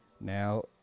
Now